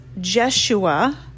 Jeshua